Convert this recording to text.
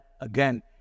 again